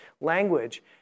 language